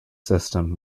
system